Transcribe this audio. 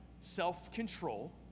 self-control